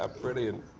ah brilliant